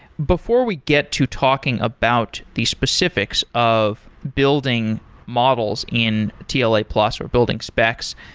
before we get to talking about the specifics of building models in tla plus or building specs,